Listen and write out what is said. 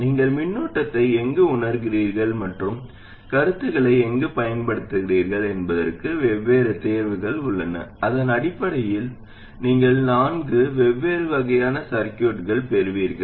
நீங்கள் மின்னோட்டத்தை எங்கு உணர்கிறீர்கள் மற்றும் கருத்துகளை எங்கு பயன்படுத்துகிறீர்கள் என்பதற்கு வெவ்வேறு தேர்வுகள் உள்ளன அதன் அடிப்படையில் நீங்கள் நான்கு வெவ்வேறு வகையான சர்கியூட்கள் பெறுவீர்கள்